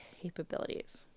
capabilities